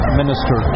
minister